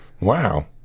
wow